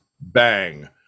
bang